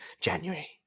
January